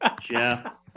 Jeff